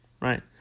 Right